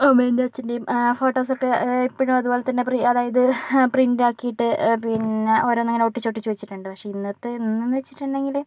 അമ്മേന്റേയും അച്ഛന്റേയും ഫോട്ടോസൊക്കെ ഇപ്പോഴും അതുപോലെ തന്നെ പ്രിയ അതായത് പ്രിൻറ് ആക്കീട്ട് പിന്നെ ഓരോന്നിങ്ങനെ ഒട്ടിച്ച് ഒട്ടിച്ച് വച്ചിട്ടുണ്ട് പക്ഷെ ഇന്നത്തെ ഇന്നെന്ന് വച്ചിട്ടുണ്ടെങ്കിൽ